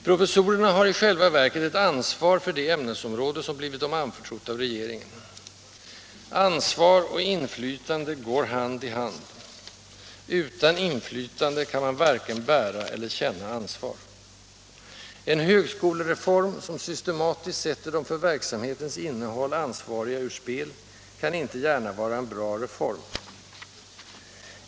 Professorerna har i själva verket ett ansvar för det ämnesområde, som blivit dem anförtrott av regeringen. Ansvar och inflytande går hand i hand. Utan inflytande kan man varken bära eller känna ansvar. En högskolereform som systematiskt sätter de för verk forskning inom samhetens innehåll ansvariga ur spel kan inte gärna vara en bra reform.